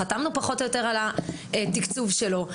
חתמנו פחות או יותר על התקצוב שלו,